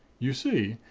you see,